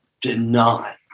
deny